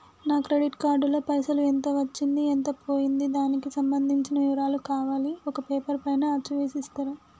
నా credit card లో పైసలు ఎంత వచ్చింది ఎంత పోయింది దానికి సంబంధించిన వివరాలు కావాలి ఒక పేపర్ పైన అచ్చు చేసి ఇస్తరా?